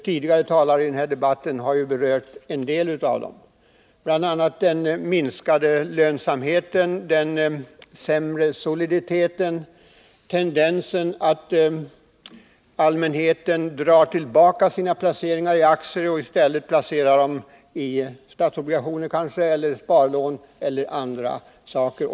Tidigare talare i denna debatt har berört en del av dem, bl.a. den minskade lönsamheten och den sämre soliditeten. Ett problem som också berörts är också tendensen hos allmänheten att minska sina placeringar i aktier och övergå till placeringar till exempelvis statsobligationer, sparlån och annat.